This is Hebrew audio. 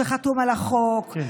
שחתום על החוק,